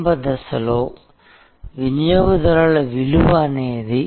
ఉదాహరణకు రిపీట్ వినియోగదారులు సంతృప్త దశలో ఉండే వారి కంటే చాలా విలువైన వారు